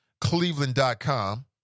Cleveland.com